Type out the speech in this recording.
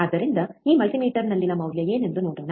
ಆದ್ದರಿಂದ ಈ ಮಲ್ಟಿಮೀಟರ್ನಲ್ಲಿನ ಮೌಲ್ಯ ಏನೆಂದು ನೋಡೋಣ